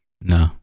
No